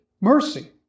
mercy